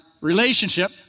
relationship